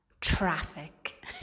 traffic